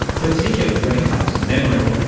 particularly when it comes to memory.